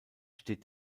steht